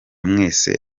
mwese